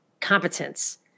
competence